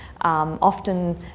often